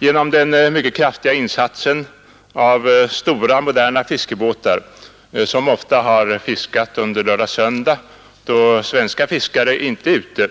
Genom den mycket kraftiga insatsen av stora och moderna fiskebåtar, som ofta har fiskat under lördag-söndag då svenska fiskare inte är ute,